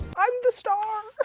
i'm the star.